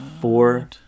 Four